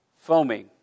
foaming